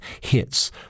hits